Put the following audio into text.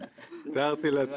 הציבור רואה את מה שאתם עשיתם,